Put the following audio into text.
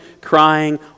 crying